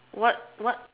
what what